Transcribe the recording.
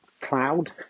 Cloud